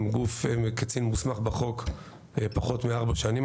קצין מוסמך בחוק פחות מארבע שנים,